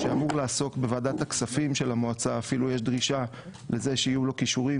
בוועדת הכספים של המועצה יש דרישה שיהיו לו כישורים